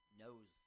knows